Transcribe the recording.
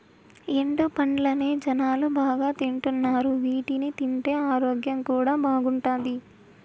ఎండు పండ్లనే జనాలు బాగా తింటున్నారు వీటిని తింటే ఆరోగ్యం కూడా బాగుంటాది